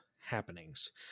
happenings